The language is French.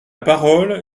parole